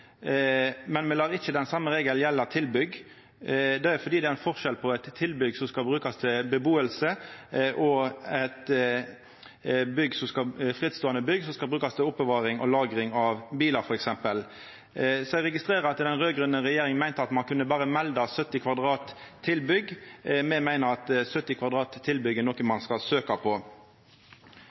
Men me lèt ikkje den same regelen gjelda tilbygg. Det er ein forskjell på eit tilbygg som skal brukast til å bu i, og eit frittståande bygg som skal brukast til f.eks. oppbevaring og lagring av bilar. Eg registrerer at den raud-grøne regjeringa meinte at ein berre skulle melda om eit tilbygg på 70 m2. Me meiner at eit tilbygg på 70 m2 er noko ein skal